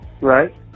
Right